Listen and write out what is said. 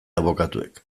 abokatuek